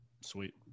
Sweet